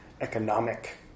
economic